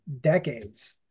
decades